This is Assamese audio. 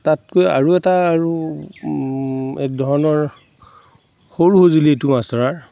তাতকৈ আৰু এটা আৰু একধৰণৰ সৰু সঁজুলি সেইটো আচাৰৰ